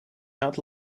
out